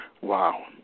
Wow